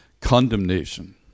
condemnation